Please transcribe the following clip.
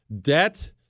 debt